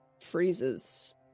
freezes